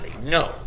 no